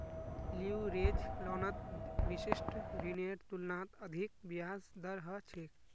leverage लोनत विशिष्ट ऋनेर तुलनात अधिक ब्याज दर ह छेक